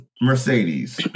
Mercedes